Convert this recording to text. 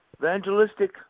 Evangelistic